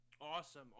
Awesome